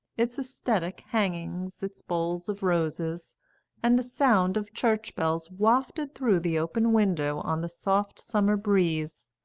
its aesthetic hangings, its bowls of roses and the sound of church bells wafted through the open window on the soft summer breeze.